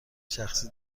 شخصی